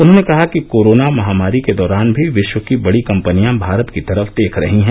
उन्होंने कहा कि कोरोना महामारी के दौरान भी विश्व की बड़ी कंपनियां भारत की तरफ देख रही हैं